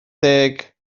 deg